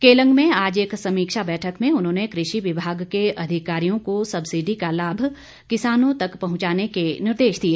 केलंग में आज एक समीक्षा बैठक में उन्होंने कृषि विभाग के अधिकारियों को सब्सिडी का लाभ किसानों तक पहंचाने के निर्देश दिए